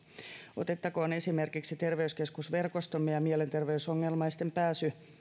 otettakoon esimerkiksi terveyskeskusverkostomme ja mielenterveysongelmaisten pääsy